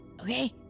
Okay